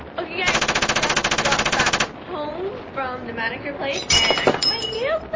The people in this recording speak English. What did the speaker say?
okay guys we've just got back home from the manicure place and i got my nails